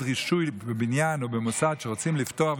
רישוי לבניין או למוסד שרוצים לפתוח,